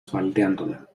faldeándola